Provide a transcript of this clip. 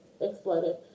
exploded